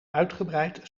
uitgebreid